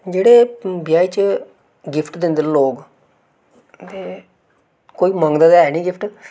जेहड़े ब्याहें च गिफ्ट दिंदे न लोग ते क्योंकि कोई मंगदा ते ऐ निं गिफ्ट